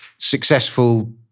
successful